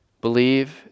Believe